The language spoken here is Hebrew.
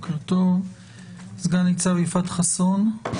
סנ"צ יפעת חסון,